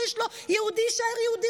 יהודי יישאר יהודי,